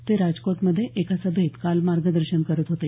ते राजकोटमध्ये एका सभेत काल मार्गदर्शन करत होते